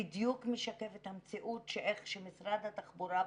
בדיוק משקף את המציאות איך שמשרד התחבורה פועל.